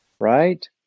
Right